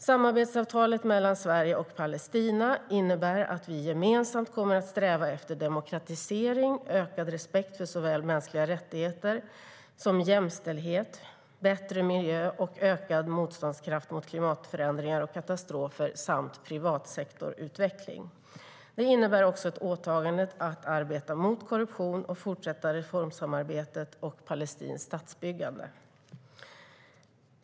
Samarbetsavtalet mellan Sverige och Palestina innebär att vi gemensamt kommer att sträva efter demokratisering, ökad respekt för såväl mänskliga rättigheter som jämställdhet, bättre miljö och ökad motståndskraft mot klimatförändringar och katastrofer samt privatsektorutveckling. Det innebär också ett åtagande att arbeta mot korruption och fortsätta reformarbetet och palestinskt statsbyggande.